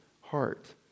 heart